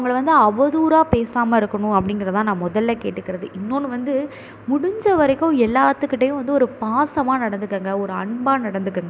அவங்கள வந்து அவதூறாக பேசாமல் இருக்கணும் அப்படிங்கிறது தான் நான் முதல்ல கேட்டுக்கிறது இன்னொன்னு வந்து முடிஞ்ச வரைக்கும் எல்லாத்துக்கிட்டேயும் வந்து ஒரு பாசமாக நடந்துக்கோங்க ஒரு அன்பாக நடந்துக்கோங்க